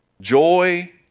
Joy